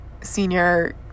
senior